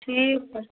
ठीक हय